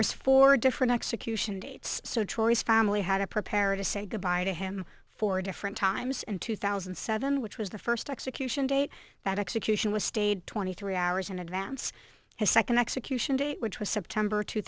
was four different execution dates so choice family had to prepare to say good bye to him four different times and two thousand and seven which was the first execution date that execution was stayed twenty three hours in advance his second execution date which was september two